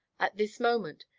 at this moment,